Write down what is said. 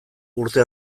urte